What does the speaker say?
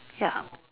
ya